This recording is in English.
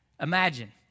Imagine